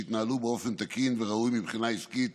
שהתנהלו באופן תקין וראוי מבחינה עסקית